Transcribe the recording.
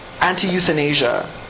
anti-euthanasia